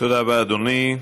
תודה רבה, אדוני.